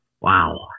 Wow